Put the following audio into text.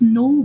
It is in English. no